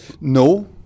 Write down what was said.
No